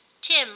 tim